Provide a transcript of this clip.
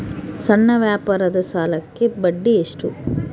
ಸಣ್ಣ ವ್ಯಾಪಾರದ ಸಾಲಕ್ಕೆ ಬಡ್ಡಿ ಎಷ್ಟು?